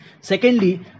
secondly